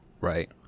Right